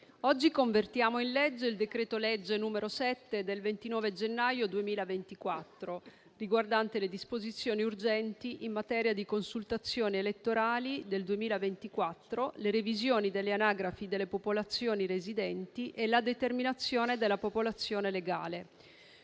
oggi convertiamo in legge il decreto-legge n. 7 del 29 gennaio 2024 riguardante le disposizioni urgenti in materia di consultazioni elettorali del 2024, le revisioni delle anagrafi delle popolazioni residenti e la determinazione della popolazione legale.